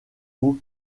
aux